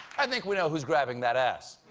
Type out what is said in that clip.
i think we know who's grabbing that ass.